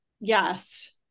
Yes